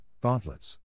gauntlets